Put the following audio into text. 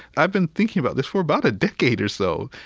i've been thinking about this for about a decade or so.